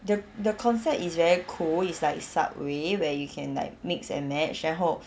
the the concept is very cool it's like it's subway where you can like mix and match 然后